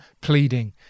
pleading